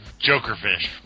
Jokerfish